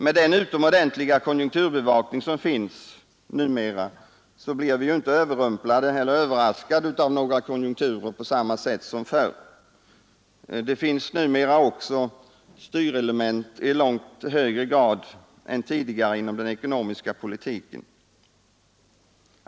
Med den utomordentliga konjunkturbevakning som finns numera blir vi inte överrumplade av någon konjunktur på samma sätt som förr. Det finns också numera styrelement i långt högre grad än tidigare inom den ekonomiska politiken.